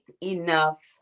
enough